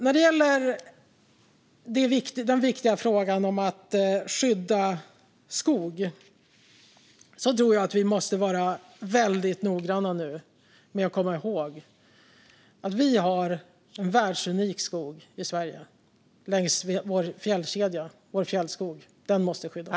När det gäller den viktiga frågan om att skydda skog tror jag att vi måste vara väldigt noggranna med att komma ihåg att vi har en världsunik skog i Sverige längs vår fjällkedja, vår fjällskog. Den måste skyddas.